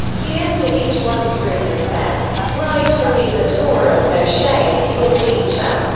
he entered each one's room and said write for me the torah of moshe, your teacher.